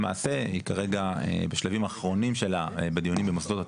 היא כרגע בשלבים אחרונים שלה בדיונים במוסדות התכנון,